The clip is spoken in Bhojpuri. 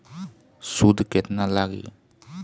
सूद केतना लागी?